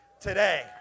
today